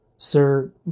Sir